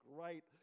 great